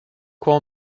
call